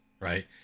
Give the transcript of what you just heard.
right